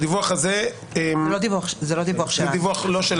זה לא דיווח שלנו.